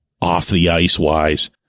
off-the-ice-wise